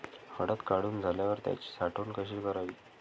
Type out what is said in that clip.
हळद काढून झाल्यावर त्याची साठवण कशी करावी?